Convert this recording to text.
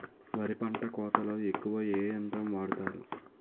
వరి పంట కోతలొ ఎక్కువ ఏ యంత్రం వాడతారు?